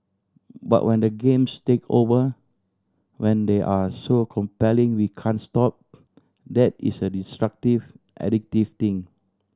but when the games take over when they are so compelling we can't stop that is a destructive addictive thing